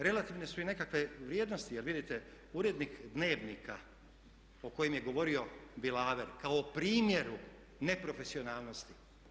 Relativne su i nekakve vrijednosti jer vidite urednik dnevnika o kojem je govorio Bilaver kao primjer kao primjeru neprofesionalnosti.